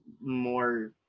more